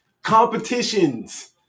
Competitions